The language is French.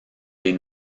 des